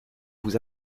vous